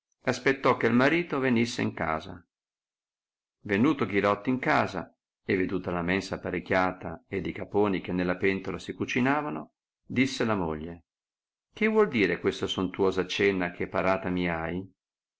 aspettò che marito venisse in casa vernilo ghirotto in casa e veduta la mensa apparecchiata ed i caponi che nella pentola si cucinavano disse alla moglie che vuol dire questa sontuosa cena che parala mi hai